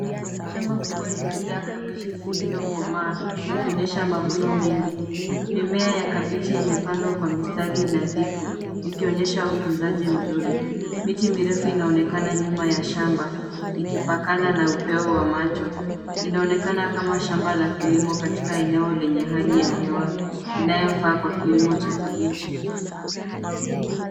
Shamba kubwa limejaa kabeji zilizokomaa zikionyesha mavuno mengi. Mimea ya kabeji imepandwa kwa mistari nadhifu ikionyesha utunzaji mzuri. Miti mirefu inaonekana nyuma ya shamba ikipakana na upeo was macho. Inaonekana kama shamba la kilimo katika eneo lenye hali ya hewa inayofaa kwa kilimo cha kabeji.